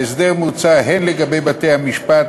ההסדר מוצע הן לגבי בתי-המשפט,